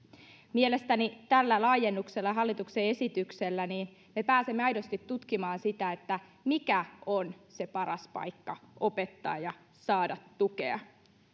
mielestäni tällä laajennuksella ja hallituksen esityksellä me pääsemme aidosti tutkimaan sitä mikä on se paras paikka opettaa ja saada tukea